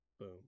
boom